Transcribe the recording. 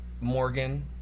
Morgan